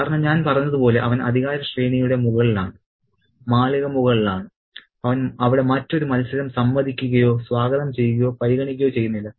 കാരണം ഞാൻ പറഞ്ഞതുപോലെ അവൻ അധികാരശ്രേണിയുടെ മുകളിലാണ് മാളിക മുകളിലാണ് അവൻ അവിടെ മറ്റൊരു മത്സരം സമ്മതിക്കുകയോ സ്വാഗതം ചെയ്യുകയോ പരിഗണിക്കുകയോ ചെയ്യുന്നില്ല